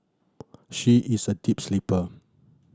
she is a deep sleeper